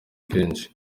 kenshi